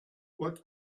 what